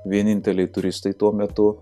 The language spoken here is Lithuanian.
vieninteliai turistai tuo metu